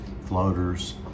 floaters